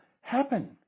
happen